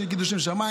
שיהיה קידוש שם שמיים.